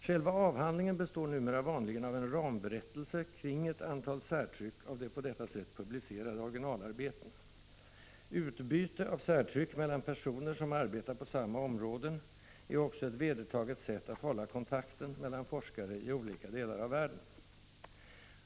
Själva avhandlingen består numera vanligen av en ramberättelse kring ett antal särtryck av de på detta sätt publicerade originalarbetena. Utbyte av särtryck mellan personer som arbetar inom samma områden är också ett vedertaget sätt att hålla kontakt mellan forskare i olika delar av världen.